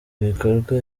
bikorwa